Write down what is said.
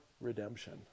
redemption